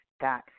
got